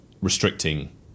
restricting